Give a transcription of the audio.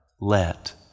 let